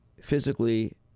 physically